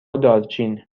دارچین